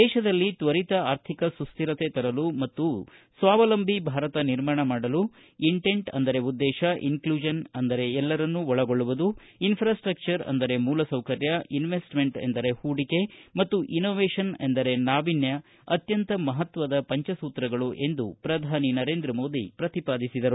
ದೇಶದಲ್ಲಿ ತ್ವರಿತ ಆರ್ಥಿಕ ಸುಸ್ಕಿರತೆ ತರಲು ಮತ್ತು ಸ್ವಾವಲಂಬಿ ಭಾರತ ನಿರ್ಮಾಣ ಮಾಡಲು ಇಂಟೆಂಟ್ ಅಂದರೆ ಉದ್ದೇಶ ಇನ್ಕ್ಲೂಪನ್ ಅಂದರೆ ಎಲ್ಲರನ್ನೂ ಒಳಗೊಳ್ಳುವುದು ಇನ್ಪ್ರಾಸ್ಟ್ಟರ್ ಅಂದರೆ ಮೂಲಸೌಕರ್ಯ ಇನ್ವೆಸ್ಟಿಮೆಂಟ್ ಎಂದರೆ ಹೂಡಿಕೆ ಮತ್ತು ಇನೋವೇಷನ್ ಅಂದರೆ ನಾವಿನ್ಣ ಅತ್ಯಂತ ಮಹತ್ತದ ಪಂಚಸೂತ್ರಗಳು ಎಂದು ಪ್ರಧಾನಿ ನರೇಂದ್ರ ಮೋದಿ ಪ್ರತಿಪಾದಿಸಿದರು